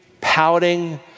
pouting